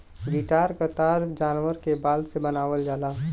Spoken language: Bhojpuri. गिटार क तार जानवर क बार से बनावल जाला